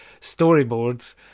storyboards